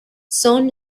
son